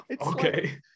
Okay